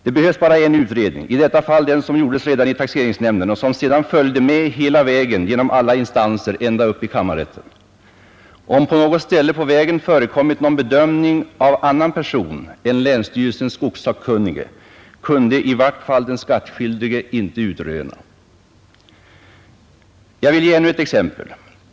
Det behövs ju bara en utredning — i detta fall den som gjordes redan i taxeringsnämnden och som sedan följde med hela vägen genom alla instanser ända upp i kammarrätten. Om det på något ställe på vägen förekommit någon bedömning av annan person än ”länsstyrelsens skogssakkunnige” kunde i vart fall den skattskyldige inte utröna. Det andra exemplet är följande.